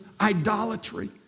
idolatry